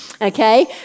Okay